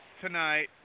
tonight